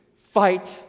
Fight